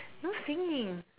no singing